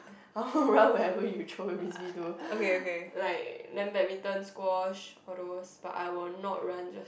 I will run wherever you throw the frisbee to like then badminton squash all those but I will not run just